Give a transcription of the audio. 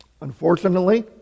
Unfortunately